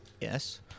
Yes